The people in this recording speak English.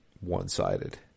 one-sided